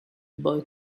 boy